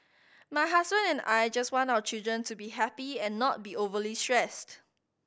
my husband and I just want our children to be happy and not be overly stressed